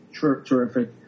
terrific